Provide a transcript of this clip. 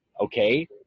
okay